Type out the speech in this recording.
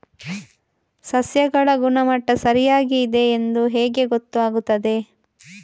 ಸಸ್ಯಗಳ ಗುಣಮಟ್ಟ ಸರಿಯಾಗಿ ಇದೆ ಎಂದು ಹೇಗೆ ಗೊತ್ತು ಆಗುತ್ತದೆ?